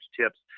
tips